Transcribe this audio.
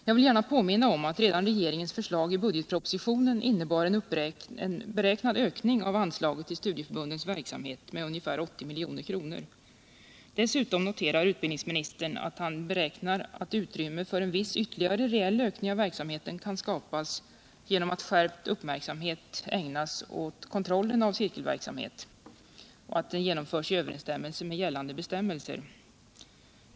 Jag vill gärna påminna om att redan regeringens förslag i budgetpropositionen innebar en beräknad ökning av anslagen till studieförbundens verksamhet med ca 80 milj.kr. Dessutom noterar utbildningsministern att han beräknar att utrymme för en viss ytterligare reell ökning av verksamheten kan skapas genom att skärpt uppmärksamhet ägnas kontrollen av att cirkelverksamheten genomförs i överensstämmelse med gällande bestämmelser.